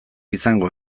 izango